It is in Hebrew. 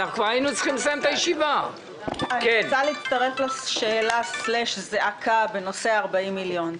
אני רוצה להצטרף לשאלה/ זעקה בנושא ה-40 מיליון.